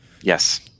Yes